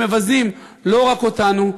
שמבזים לא רק את אותנו,